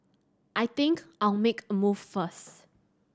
I think I'll make a move first